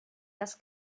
das